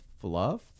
fluff